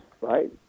right